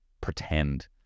pretend